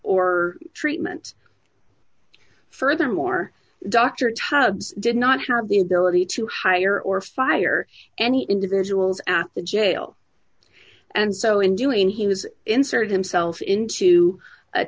or treatment furthermore dr tubbs did not hear of the ability to hire or fire any individuals at the jail and so in doing he was inserted himself into a